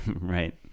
Right